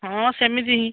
ହଁ ସେମିତି ହିଁ